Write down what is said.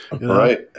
Right